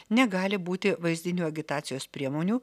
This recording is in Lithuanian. negali būti vaizdinių agitacijos priemonių